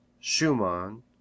Schumann